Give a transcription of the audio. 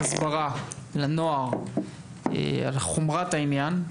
והסברה לנוער על חומרת העניין?